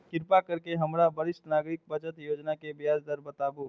कृपा करके हमरा वरिष्ठ नागरिक बचत योजना के ब्याज दर बताबू